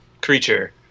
creature